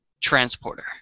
transporter